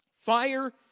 fire